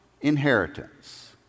inheritance